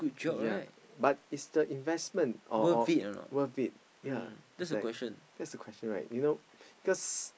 yea but it's the investment or or worth it yea it's like that's the question right you know cause